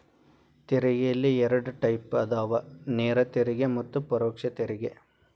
ತೆರಿಗೆಯಲ್ಲಿ ಎರಡ್ ಟೈಪ್ ಅದಾವ ನೇರ ತೆರಿಗೆ ಮತ್ತ ಪರೋಕ್ಷ ತೆರಿಗೆ